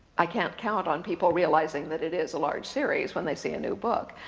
i can't count on people realizing that it is a large series when they see a new book.